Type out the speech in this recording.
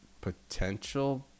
potential